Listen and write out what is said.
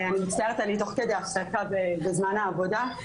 אני מצטערת, אני תוך כדי הפסקה בזמן העבודה.